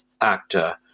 actor